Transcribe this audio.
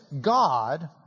God